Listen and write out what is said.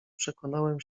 przekonałem